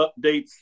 updates